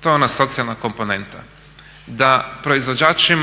To je ona socijalna komponenta da proizvođači